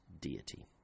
deity